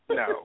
no